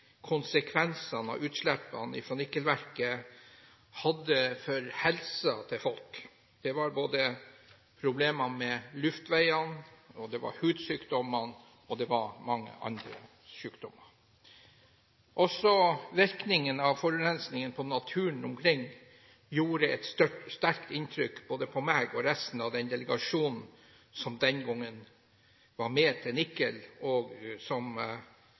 konsekvensene som utslippene fra nikkelverket hadde for helsen til folk. Det var problemer med luftveiene, det var hudsykdommer, og det var mange andre sykdommer. Også virkningene av forurensningen på naturen omkring gjorde et sterkt inntrykk både på meg og på resten av delegasjonen som den gangen var med til Nikel, og som